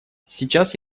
сейчас